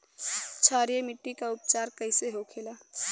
क्षारीय मिट्टी का उपचार कैसे होखे ला?